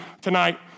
tonight